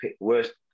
worst